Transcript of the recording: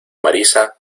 marisa